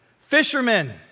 Fishermen